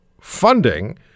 funding